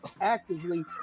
actively